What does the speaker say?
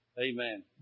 Amen